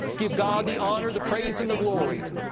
give god the honor, the praise and the glory,